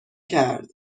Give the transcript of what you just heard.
کرد